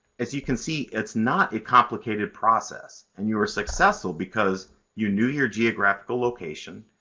as you can see, it's not a complicated process and you are successful because you knew your geographical location,